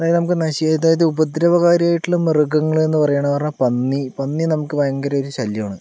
അതായത് നമുക്ക് നശി ഉപദ്രവകാരിയായിട്ടുള്ള മൃഗങ്ങള് എന്ന് പറയണ പറഞ്ഞാൽ പന്നി പന്നി നമുക്ക് ഭയങ്കര ഒരു ശല്യമാണ്